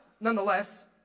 nonetheless